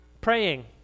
praying